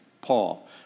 Paul